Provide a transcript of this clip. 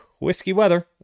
WhiskeyWeather